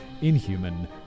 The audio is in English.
inhuman